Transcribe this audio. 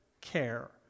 care